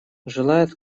желает